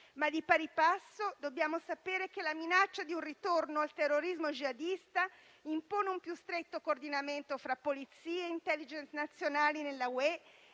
Ma di pari passo dobbiamo sapere che la minaccia di un ritorno al terrorismo jihadista impone un più stretto coordinamento fra polizie e *intelligence* nazionali nell'Unione